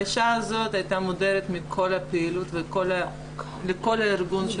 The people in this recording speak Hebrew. האישה הזאת הייתה מודרת מכל הפעילות ומכל הארגון של